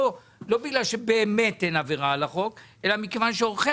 לא בגלל שבאמת אין עבירה על החוק אלא מכיוון שעורכי